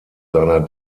seiner